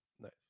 Nice